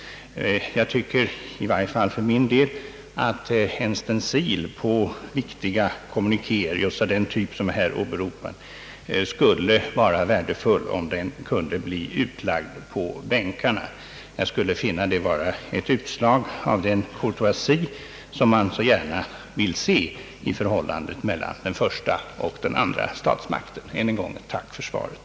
För min del anser jag dock att en stencil på viktiga kommunikéer, just av den typ som här åberopas, skulle vara värdefull, om den kunde bli utlagd på ledamöternas bänkar. Jag skulle finna det vara ett utslag av den courtoisie, som man så gärna vill se i förhållandet mellan den första och den andra statsmakten. Än en gång ett tack för svaret!